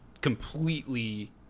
completely